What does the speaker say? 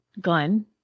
Glenn